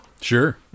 Sure